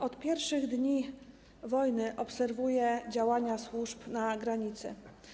Od pierwszych dni wojny obserwuję działania służb na granicy.